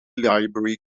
library